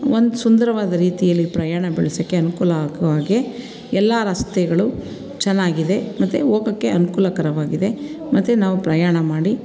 ಒಂದು ಸುಂದರವಾದ ರೀತಿಯಲ್ಲಿ ಪ್ರಯಾಣ ಬೆಳ್ಸೋಕೆ ಅನುಕೂಲ ಆಗೋ ಹಾಗೆ ಎಲ್ಲ ರಸ್ತೆಗಳು ಚೆನ್ನಾಗಿದೆ ಮತ್ತೆ ಹೋಗೋಕ್ಕೆ ಅನುಕೂಲಕರವಾಗಿದೆ ಮತ್ತು ನಾವು ಪ್ರಯಾಣ ಮಾಡಿ